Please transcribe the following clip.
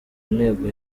ntego